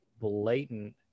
blatant